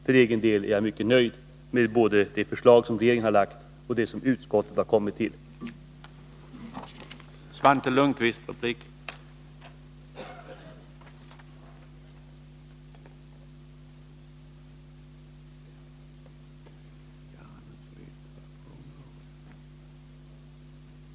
För egen del är jag mycket nöjd med både det förslag som regeringen har lagt fram och det som utskottet har kommit fram till.